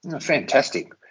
Fantastic